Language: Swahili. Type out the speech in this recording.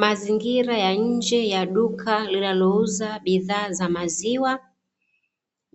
Mazingira ya nje ya duka linalouza bidhaa za maziwa,